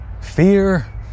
fear